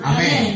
Amen